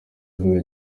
ivuga